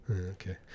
Okay